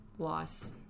loss